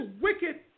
wicked